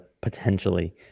potentially